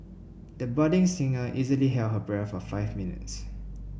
the budding singer easily held her breath for five minutes